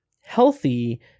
healthy